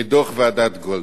את דוח-גולדברג,